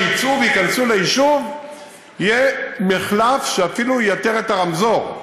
כשיצאו וייכנסו ליישוב יהיה מחלף שאפילו ייתר את הרמזור.